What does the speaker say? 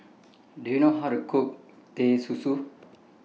Do YOU know How to Cook Teh Susu